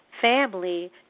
family